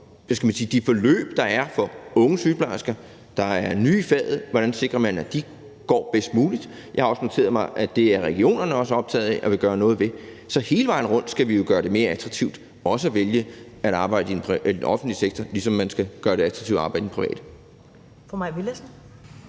om at sikre, at de forløb, der er for unge sygeplejersker, der er nye i faget, går bedst muligt. Jeg har også noteret mig, at regionerne også er optagede af det og vil gøre noget ved det. Så hele vejen rundt skal vi jo gøre det mere attraktivt at arbejde i den offentlige sektor, ligesom man skal gøre det attraktivt at arbejde i det private.